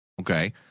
Okay